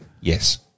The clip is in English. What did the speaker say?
Yes